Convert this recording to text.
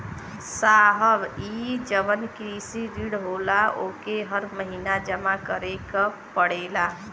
साहब ई जवन कृषि ऋण होला ओके हर महिना जमा करे के पणेला का?